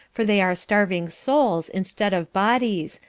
for they are starving souls instead of bodies,